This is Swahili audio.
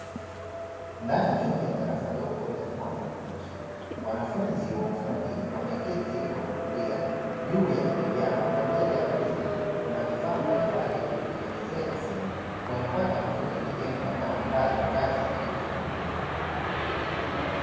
Ndani ya darasa dogo lenye mwanga wa kutosha, wanafunzi wa ufundi wameketi kwa kutulia juu ya viti vyao na mbele ya meza kuna vifaa mbalimbali vya kutengeneza simu. Wanapata mafunzo ya vitendo yanayowaandaa kwa kazi za kiufundi.